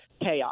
chaos